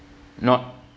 not